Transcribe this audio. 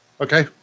Okay